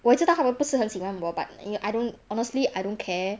我也知道他们不是很喜欢我 but mm I don't honestly I don't care